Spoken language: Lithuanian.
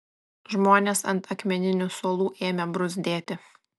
žmonės ant akmeninių suolų ėmė bruzdėti